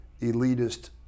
elitist